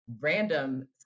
random